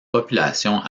population